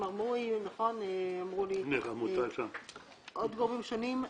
עם מר מורי ועם עוד גורמים שונים.